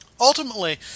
Ultimately